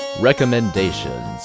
Recommendations